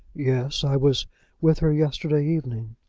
yes, i was with her yesterday evening.